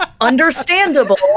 Understandable